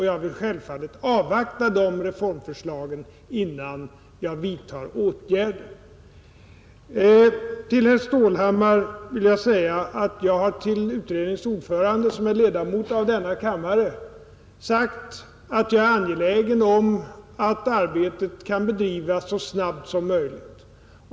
Jag vill självfallet avvakta de reformförslagen innan jag vidtar åtgärder. Till herr Stålhammar vill jag säga att jag till utredningens ordförande herr Hilding Johansson, som är ledamot av denna kammare, har sagt att jag är angelägen om att arbetet skall bedrivas så snabbt som möjligt.